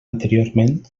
anteriorment